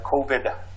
COVID